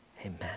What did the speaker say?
amen